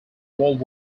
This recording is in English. world